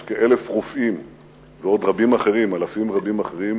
יש כ-1,000 רופאים ועוד רבים אחרים,